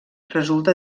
resulta